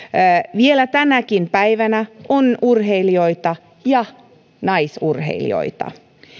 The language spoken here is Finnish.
vielä tänäkin päivänä on urheilijoita ja naisurheilijoita